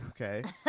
Okay